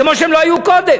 כמו שהם לא היו קודם,